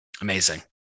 Amazing